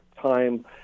time